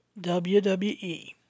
WWE